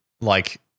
like-